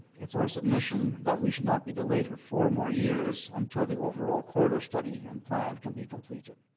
it's our submission that we should not be delayed for four more years until the overall corridor study and plan can be completed.